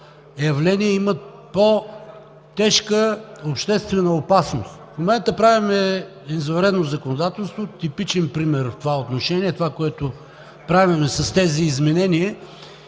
явления, които имат по-тежка обществена опасност. В момента правим извънредно законодателство – типичен пример в това отношение – това, което правим с тези изменения.